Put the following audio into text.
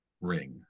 ring